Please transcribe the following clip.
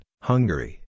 Hungary